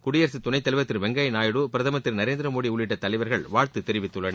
குடியரசு துணைத்தலைவர் வெங்கய்யா நாயுடு பிரதமர் திரு நரேந்திரமோடி உள்ளிட்ட தலைவர்கள் வாழ்த்து திரு தெரிவித்துள்ளனர்